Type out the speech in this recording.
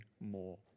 more